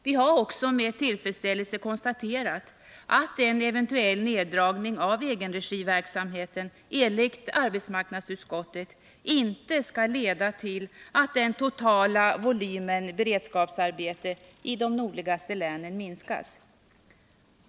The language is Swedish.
Vi har också med tillfredsställelse konstaterat att en eventuell neddragning av egenregiverksamheten enligt arbetsmarknadsutskottet inte skall leda till att den totala volymen beredskapsarbete i de nordligaste länen minskas.